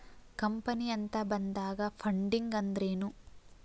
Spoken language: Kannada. ಕಂಪನಿ ಅಂತ ಬಂದಾಗ ಫಂಡಿಂಗ್ ಅಂದ್ರೆನು?